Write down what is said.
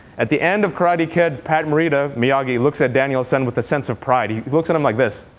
at the end of karate kid, pat morita, miyagi, looks at daniel-san with a sense of pride. he looks at him like this.